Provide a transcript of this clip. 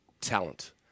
talent